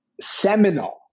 seminal